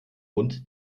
hund